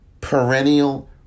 perennial